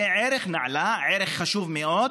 זה ערך נעלה, ערך חשוב מאוד,